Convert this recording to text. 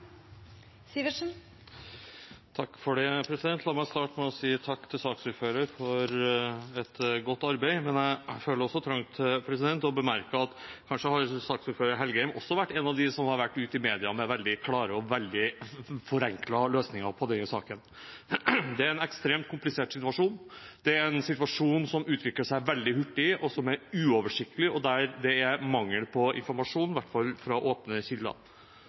si takk til saksordføreren for et godt arbeid, men jeg føler også trang til å bemerke at kanskje har saksordfører Engen-Helgheim også vært en av dem som har vært ute i media med veldig klare og forenklede løsninger på denne saken. Det er en ekstremt komplisert situasjon. Det er en situasjon som utvikler seg veldig hurtig, som er uoversiktlig, og der det er mangel på informasjon – i hvert fall fra åpne kilder.